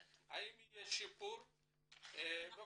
בסדר, האם יהיה שיפור, זה מה שאנחנו רוצים לדעת.